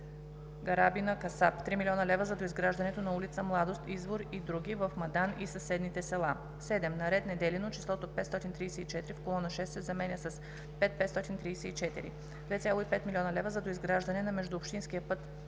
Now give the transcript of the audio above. Гарабина, Касап; - 3 млн. лв. за доизграждането на ул. „Младост“, „Извор“ и други в Мадан и съседните села. 7. На ред Неделино числото „534,0“ в колона 6 се заменя с „5 534,0“. - 2,5 млн. лв. за доизграждане на междуобщинския път